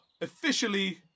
officially